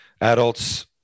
adults